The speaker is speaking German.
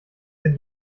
der